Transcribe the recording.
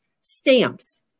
stamps